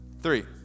three